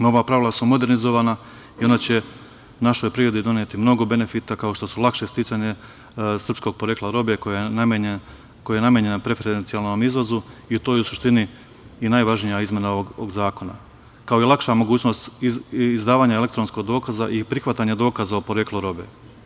Nova pravila su modernizovana i ona će našoj privredi doneti mnogo benefita, kao što su lakše sticanje srpskog porekla robe koja je namenjena preferencijalnom izvozu i u toj suštini i najvažnija izmena ovog zakona, kao i lakša mogućnost izdavanja elektronskog dokaza i prihvatanja dokaza o poreklu robe.